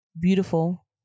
beautiful